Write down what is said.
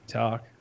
talk